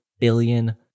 billion